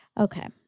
Okay